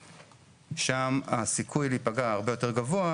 שם הסיכוי להיפגע הרבה יותר גבוה,